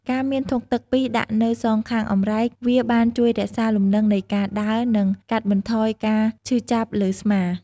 ការមានធុងទឹកពីរដាក់នៅសងខាងអម្រែកវាបានជួយរក្សាលំនឹងនៃការដើរ និងកាត់បន្ថយការឈឺចាប់លើស្មា។